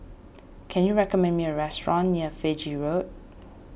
can you recommend me a restaurant near Fiji Road